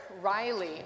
Riley